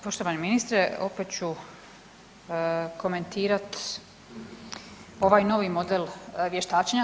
Evo poštovani ministre, opet ću komentirati ovaj novi model vještačenja.